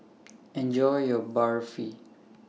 Enjoy your Barfi